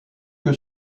que